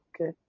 Okay